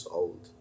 old